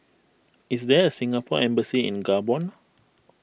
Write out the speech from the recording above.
is there a Singapore Embassy in Gabon